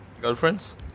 Girlfriends